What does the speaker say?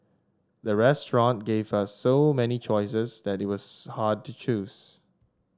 the restaurant gave us so many choices that it was hard to choose